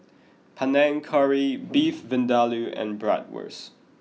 Panang Curry Beef Vindaloo and Bratwurst